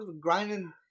grinding